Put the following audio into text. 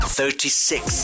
thirty-six